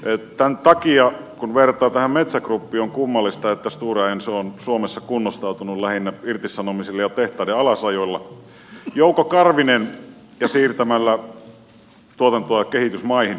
tämän takia kun vertaa tähän metsä groupiin on kummallista että stora enso on suomessa kunnostautunut lähinnä irtisanomisilla ja tehtaiden alasajolla ja siirtämällä tuotantoa kehitysmaihin